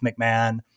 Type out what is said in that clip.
McMahon